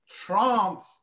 Trump